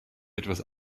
etwas